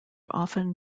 often